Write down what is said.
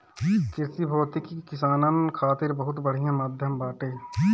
कृषि भौतिकी किसानन खातिर बहुत बढ़िया माध्यम बाटे